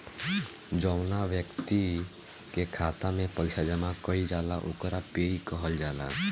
जौवना ब्यक्ति के खाता में पईसा जमा कईल जाला ओकरा पेयी कहल जाला